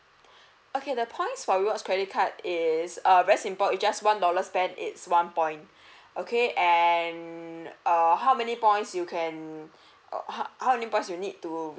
okay the points for rewards credit card is err very simple it's just one dollar spend it's one point okay and err how many points you can ho~ how you points you need to